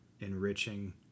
enriching